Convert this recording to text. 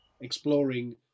exploring